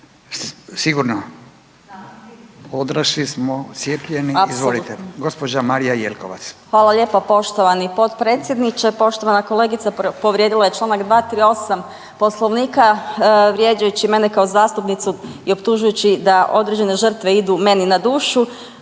Sigurno? Odrasli smo, cijepljeni izvolite. Gospođa Marija Jelkovac. **Jelkovac, Marija (HDZ)** Hvala lijepa poštovani potpredsjedniče. Poštovana kolegica povrijedila je članak 238. Poslovnika vrijeđajući mene kao zastupnicu i optužujući da određene žrtve idu meni na dušu.